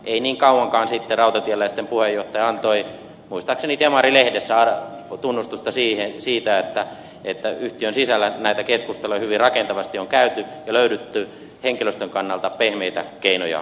ei niin kauankaan sitten rautatieläisten puheenjohtaja antoi muistaakseni demari lehdessä tunnustusta siitä että yhtiön sisällä näitä keskusteluja hyvin rakentavasti on käyty ja löydetty henkilöstön kannalta pehmeitä keinoja sopeutua